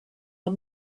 are